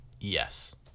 Yes